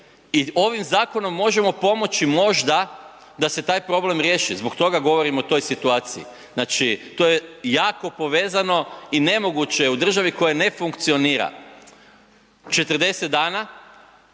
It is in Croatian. I ovim zakonom možemo pomoći možda da se taj problem riješi zbog toga govorim o toj situaciji. Znači to je jako povezano i nemoguće je u državi koja ne funkcionira 40 dana